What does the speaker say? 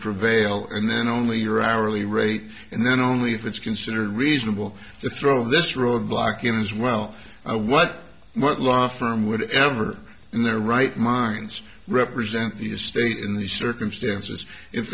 prevail and then only your hourly rate and then only if it's considered reasonable to throw this roadblock in as well what might law firm would ever in their right minds represent the state in these circumstances if